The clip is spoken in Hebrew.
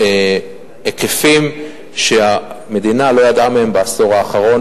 היקפים שהמדינה לא ידעה בעשור האחרון,